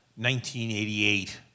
1988